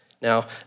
now